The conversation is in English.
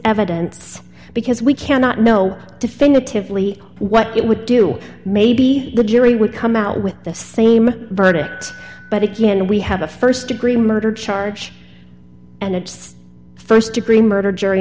evidence because we cannot know definitively what it would do maybe the jury would come out with the same verdict but again we have a st degree murder charge and it's st degree murder jury